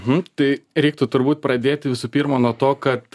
nu tai reiktų turbūt pradėti visų pirma nuo to kad